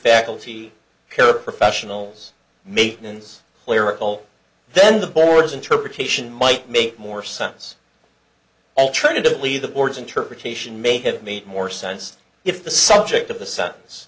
faculty paraprofessionals maiden's clerical then the board's interpretation might make more sense alternatively the board's interpretation may have made more sense if the subject of the s